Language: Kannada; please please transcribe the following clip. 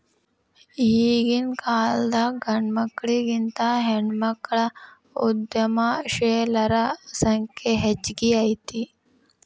ಈಗಿನ್ಕಾಲದಾಗ್ ಗಂಡ್ಮಕ್ಳಿಗಿಂತಾ ಹೆಣ್ಮಕ್ಳ ಉದ್ಯಮಶೇಲರ ಸಂಖ್ಯೆ ಹೆಚ್ಗಿ ಐತಿ